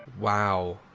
wow